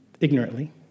ignorantly